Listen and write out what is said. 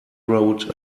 road